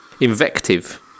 invective